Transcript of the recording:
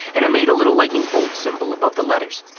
and i made a little lightning-bolt symbol above the letters.